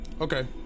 Okay